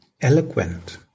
eloquent